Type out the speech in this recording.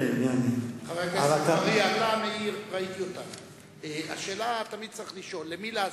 חבר הכנסת אגבאריה, תמיד צריך לשאול למי לעזור,